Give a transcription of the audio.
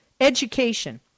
Education